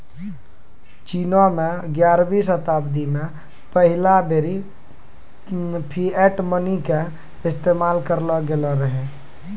चीनो मे ग्यारहवीं शताब्दी मे पहिला बेरी फिएट मनी के इस्तेमाल करलो गेलो रहै